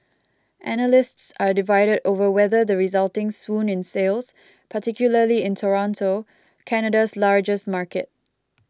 analysts are divided over whether the resulting swoon in sales particularly in Toronto Canada's largest market